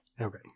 Okay